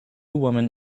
women